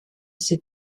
ses